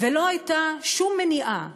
ולא הייתה שום מניעה